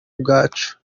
ubwacu